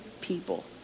people